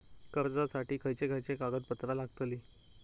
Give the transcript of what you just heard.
कर्जासाठी खयचे खयचे कागदपत्रा लागतली?